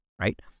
right